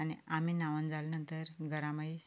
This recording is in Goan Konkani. आनी आमी न्हांवून जाले नंतर घरान मागीर